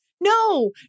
No